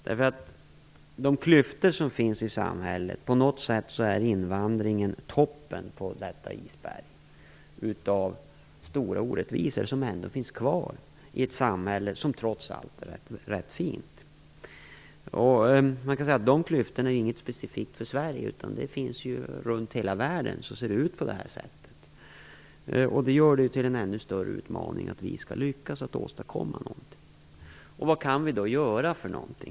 På något sätt är invandringen toppen av det isberg som klyftorna i samhället utgör, för det finns ändå stora orättvisor kvar i ett samhälle som trots allt är ganska fint. Dessa klyftor är inget som är specifikt för Sverige, utan det ser ut på det här sättet runt hela världen. Det gör det till en ännu större utmaning för oss att lyckas åstadkomma något. Vad kan vi då göra?